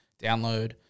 download